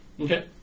Okay